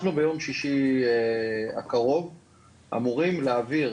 אנחנו ביום רביעי הקרוב אמורים להעביר,